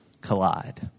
collide